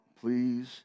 Please